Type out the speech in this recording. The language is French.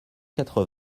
quatre